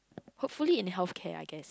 hopefully in healthcare I guess